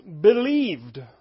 believed